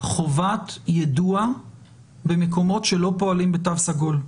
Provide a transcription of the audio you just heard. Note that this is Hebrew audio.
חובת יידוע במקומות שלא פועלים בתו סגול.